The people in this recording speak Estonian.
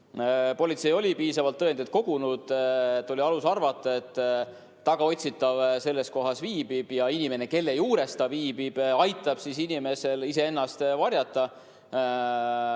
Politsei oli piisavalt tõendeid kogunud ja oli alust arvata, et tagaotsitav selles kohas viibib ja inimene, kelle juures ta viibib, aitab tagaotsitaval ennast varjata